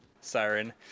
Siren